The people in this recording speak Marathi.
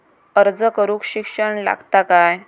अर्ज करूक शिक्षण लागता काय?